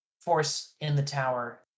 Force-in-the-tower